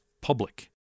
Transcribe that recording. Public